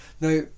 Now